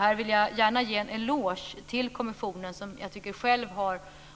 Här vill jag gärna ge en eloge till kommissionen